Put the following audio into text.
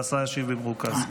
והשר ישיב במרוכז.